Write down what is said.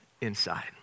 inside